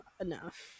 enough